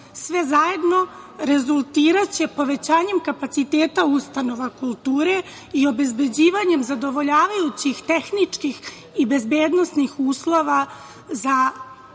Sve zajedno rezultiraće povećanjem kapaciteta ustanova kulture i obezbeđivanjem zadovoljavajućih tehničkih i bezbednosnih uslova za